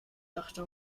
dachte